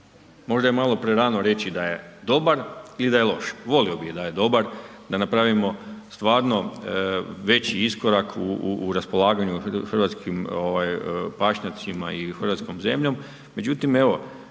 Možda je malo prerano reći da je dobar ili da je loš. Volio bi da je dobar, da napravimo stvarno veći iskorak u raspolaganju hrvatskim pašnjacima i hrvatskom zemljom međutim evo,